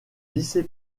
lycée